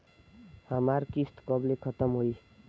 हमार किस्त कब ले खतम होई?